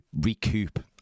recoup